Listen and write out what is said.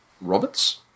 Roberts